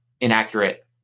inaccurate